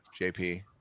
JP